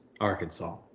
Arkansas